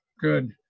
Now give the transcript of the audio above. good